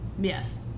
Yes